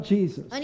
Jesus